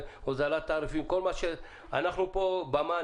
הוזלת תעריפים אנחנו הבמה.